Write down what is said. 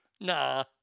Nah